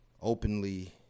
openly